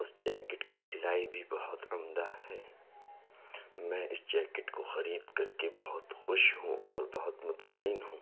اس jacket کی سلائی بھی بہت عمدہ ہے میں اس جیکیٹ کو خرید کر کے بہت خوش ہوں اور بہت مطمئن ہوں